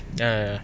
ya ya ya